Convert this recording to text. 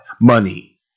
money